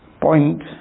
point